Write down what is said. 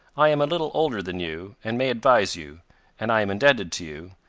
i am a little older than you, and may advise you and i am indebted to you,